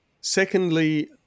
Secondly